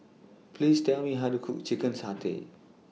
Please Tell Me How to Cook Chicken Satay